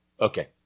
Okay